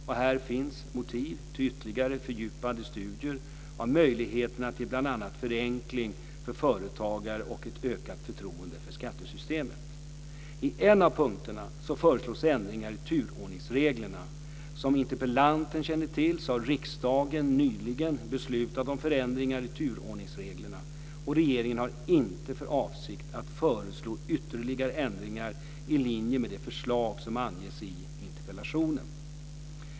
Här kan finnas motiv till ytterligare fördjupade studier av möjligheterna till bl.a. förenkling för företagare och ett ökat förtroende för skattesystemet. I en av punkterna föreslås ändringar i turordningsreglerna. Som interpellanten känner till har riksdagen nyligen beslutat om förändringar i turordningsreglerna. Regeringen har inte för avsikt att föreslå ytterligare ändringar i linje med det förslag som anges i interpellationen.